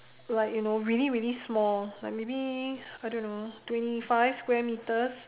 like you know really really small like maybe I don't know twenty five square metres